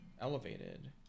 elevated